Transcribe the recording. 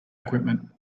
equipment